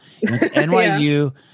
NYU